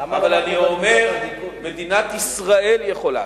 אבל אני אומר: מדינת ישראל יכולה.